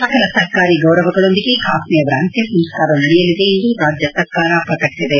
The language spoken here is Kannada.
ಸಕಲ ಸರ್ಕಾರಿ ಗೌರವಗಳೊಂದಿಗೆ ಖಾಸ್ಮೀ ಅವರ ಅಂತ್ತಸಂಸ್ಕಾರ ನಡೆಯಲಿದೆ ಎಂದು ರಾಜ್ಯ ಸರ್ಕಾರ ಪ್ರಕಟಿಸಿದೆ